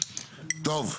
טוב.